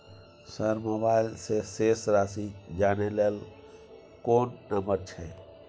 Sir mobile से शेस राशि जानय ल कोन नंबर छै?